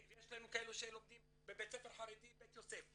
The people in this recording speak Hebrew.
יש לנו כאלו שלומדים בבית ספר חרדי בית יוסף,